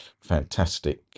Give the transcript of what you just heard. fantastic